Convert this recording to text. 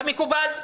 כמקובל בכנסת.